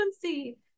frequency